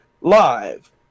live